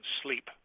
sleep